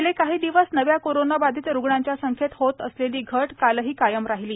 गेले काही दिवस नव्या कोरोनाबाधित रुग्णांच्या संख्येत होत असलेली घट कालही कायम राहिली